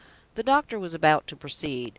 the doctor was about to proceed,